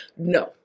No